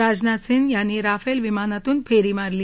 राजनाथ सिंह यांनी राफेल विमानातून फेरी मारली